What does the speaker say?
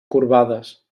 corbades